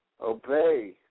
obey